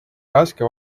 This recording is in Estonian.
raske